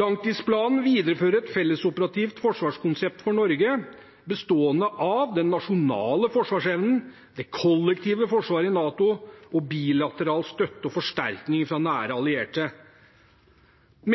Langtidsplanen viderefører et fellesoperativt forsvarskonsept for Norge, bestående av den nasjonale forsvarsevnen, det kollektive forsvaret i NATO og bilateral støtte og forsterkninger fra nære allierte.